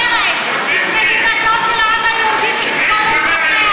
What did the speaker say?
אבל תקשיב למה שאני אומרת: מדינתו של העם היהודי ושל כל אזרחיה,